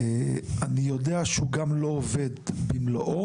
אני יודע שהוא גם לא עובד במלואו,